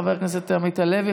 חבר הכנסת עמית הלוי,